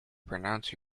pronounce